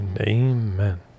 Amen